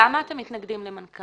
למה אתם מתנגדים למנכ"לים?